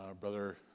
Brother